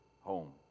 home